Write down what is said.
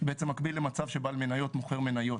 בעצם מקביל למצב שבעל מניות מוכר מניות.